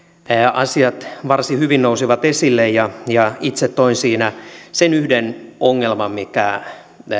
asiat varsin hyvin nousivat esille ja ja itse toin siinä sen yhden ongelman mikä